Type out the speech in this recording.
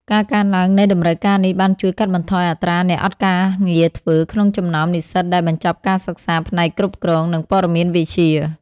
ការកើនឡើងនៃតម្រូវការនេះបានជួយកាត់បន្ថយអត្រាអ្នកអត់ការងារធ្វើក្នុងចំណោមនិស្សិតដែលបញ្ចប់ការសិក្សាផ្នែកគ្រប់គ្រង និងព័ត៌មានវិទ្យា។